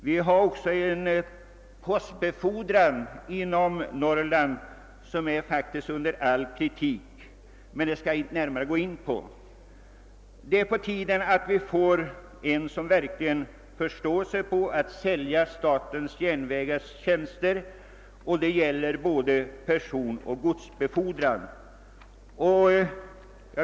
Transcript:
Vi har där också en postbefordran som är under all kritik, men den saken skall jag inte nu gå närmare in på. Det är på tiden att SJ får någon som verkligen förstår sig på att sälja järnvägarnas tjänster — det gäller både personoch godsbefordran.